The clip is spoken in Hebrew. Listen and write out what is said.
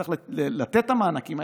צריך לתת את המענקים האלה,